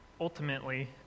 ultimately